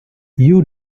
you